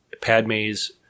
Padme's